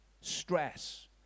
stress